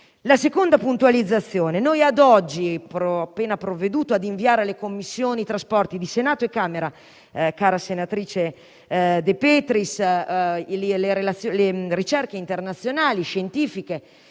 La seconda puntualizzazione: ho appena provveduto a inviare alle Commissioni trasporti di Senato e Camera, cara senatrice De Petris, ricerche scientifiche